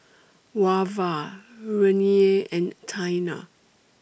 Wava Renea and Taina